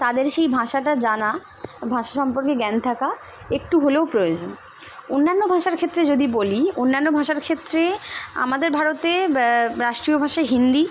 তাদের সেই ভাষাটা জানা ভাষা সম্পর্কে জ্ঞান থাকা একটু হলেও প্রয়োজন অন্যান্য ভাষার ক্ষেত্রে যদি বলি অন্যান্য ভাষার ক্ষেত্রে আমাদের ভারতে রাষ্ট্রীয় ভাষা হিন্দি